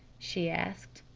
she asked.